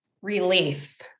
Relief